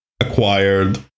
acquired